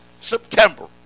September